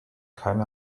keine